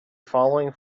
following